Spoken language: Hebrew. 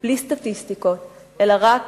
בלי סטטיסטיקות, אלא רק